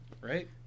right